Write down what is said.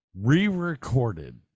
re-recorded